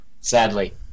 Sadly